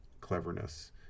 cleverness